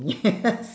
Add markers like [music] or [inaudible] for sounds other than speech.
[laughs]